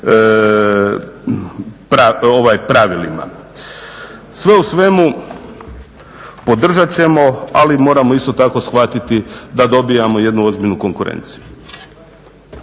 pravilima. Sve u svemu podržat ćemo, ali moramo isto tako shvatiti da dobivamo jednu ozbiljnu konkurenciju.